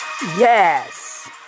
yes